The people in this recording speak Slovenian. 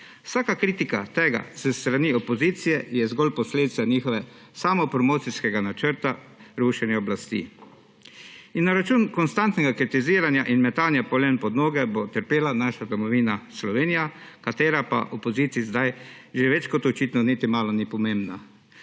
Vsaka kritika tega s strani opozicije je zgolj posledica njihovega samopromocijskega načrta rušenja oblasti. In na račun konstantnega kritiziranja in metanja polen pod noge bo trpela naša domovina Slovenija, ki pa opoziciji zdaj že več kot očitno niti malo ni pomembna.